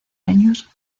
años